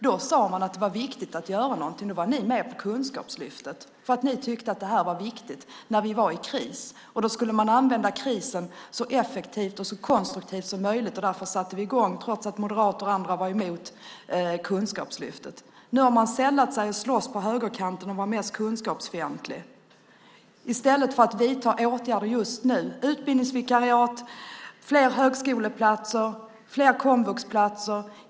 Då sade ni att det var viktigt att göra någonting. Ni var med på Kunskapslyftet därför att ni tyckte att det var viktigt när vi var i kris. Man skulle använda krisen så effektivt och konstruktivt som möjligt. Därför satte vi i gång trots att moderater och andra var emot Kunskapslyftet. Nu har man på högerkanten sällat sig till att slåss om att vara mest kunskapsfientlig i stället för att vidta åtgärder just nu som fler utbildningsvikariat, fler högskoleplatser och fler komvuxplatser.